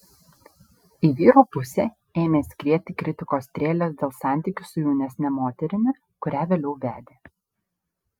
į vyro pusę ėmė skrieti kritikos strėlės dėl santykių su jaunesne moterimi kurią vėliau vedė